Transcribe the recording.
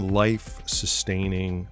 life-sustaining